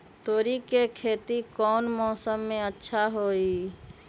तोड़ी के खेती कौन मौसम में अच्छा होई?